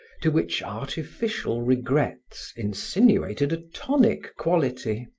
to which artificial regrets insinuated a tonic quality.